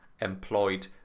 employed